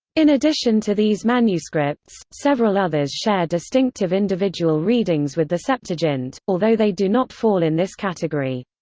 in addition to these manuscripts, several others share distinctive individual readings with the septuagint, although they do not fall in this category.